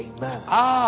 Amen